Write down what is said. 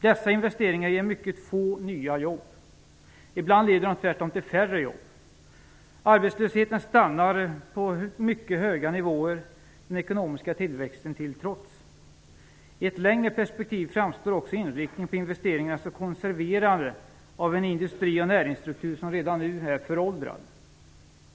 Dessa investeringar ger mycket få nya jobb. Ibland leder de tvärtom till färre jobb. Arbetslösheten stannar på mycket höga nivåer, den ekonomiska tillväxten till trots. I ett längre perspektiv framstår också inriktningen på investeringarna som ett konserverande av en industri och näringsstruktur som redan nu är föråldrad.